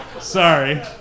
Sorry